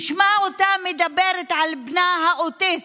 ישמע אותה מדברת על בנה האוטיסט,